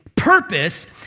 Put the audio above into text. Purpose